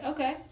Okay